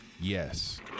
Yes